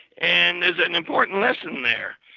and there's an important lesson there.